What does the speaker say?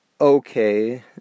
okay